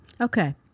Okay